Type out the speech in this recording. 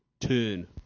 turn